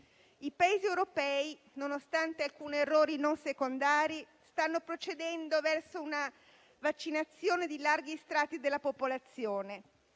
I Paesi europei, nonostante alcuni errori non secondari, stanno procedendo verso una vaccinazione di larghi strati della popolazione.